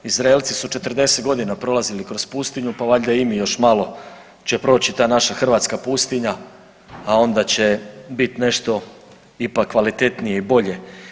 Izraelci su 40 godina prolazili kroz pustinju pa valjda i mi još malo će proći ta naša hrvatska pustinja, a onda će biti nešto ipak kvalitetnije i bolje.